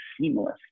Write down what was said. seamless